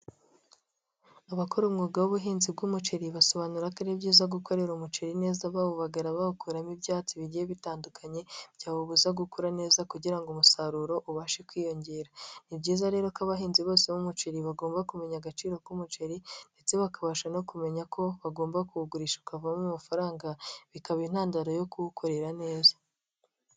Abakora umwuga w'ubuhinzi bw'umuceri basobanura ko ari byiza gukorera umuceri neza bawubagara, bawukuramo ibyatsi bigiye bitandukanye byawubuza gukura neza kugira ngo umusaruro ubashe kwiyongera, ni byiza rero ko abahinzi bose b'umuceri bagomba kumenya agaciro k'umuceri ndetse bakabasha no kumenya ko bagomba kuwugurisha ukavamo amafaranga bikaba intandaro yo kuwukorera neza.